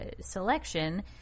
selection